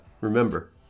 remember